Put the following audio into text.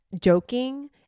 joking